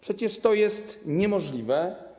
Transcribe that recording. Przecież to jest niemożliwe.